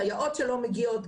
סייעות של מגיעות,